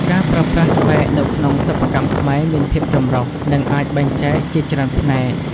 ការប្រើប្រាស់ស្បែកនៅក្នុងសិប្បកម្មខ្មែរមានភាពចម្រុះ ហើយអាចបែងចែកជាច្រើនផ្នែក។